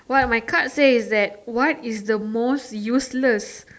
what my card say is that what is the most useless